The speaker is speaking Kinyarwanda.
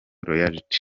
royalty